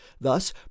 Thus